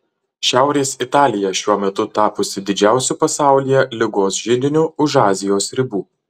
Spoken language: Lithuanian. šiaurės italija šiuo metu tapusi didžiausiu pasaulyje ligos židiniu už azijos ribų